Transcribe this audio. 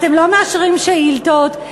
אתם לא מאשרים שאילתות,